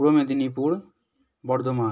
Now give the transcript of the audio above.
Purba Medinipur Bardhaman